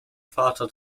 vater